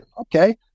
okay